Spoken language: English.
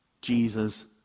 Jesus